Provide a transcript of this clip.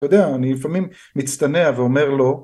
אתה יודע, אני לפעמים, מצטנע ואומר לו